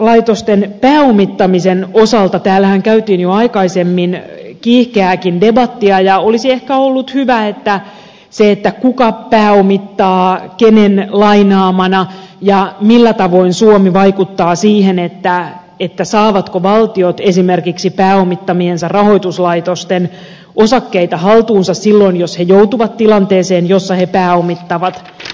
rahoituslaitosten pääomittamisen osalta täällähän käytiin jo aikaisemmin kiihkeääkin debattia ja olisi ehkä ollut hyvä käsitellä sitä kuka pääomittaa kenen lainaamana ja millä tavoin suomi vaikuttaa siihen saavatko valtiot esimerkiksi pääomittamiensa rahoituslaitosten osakkeita haltuunsa silloin jos ne joutuvat tilanteeseen jossa ne pääomittavat